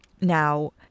Now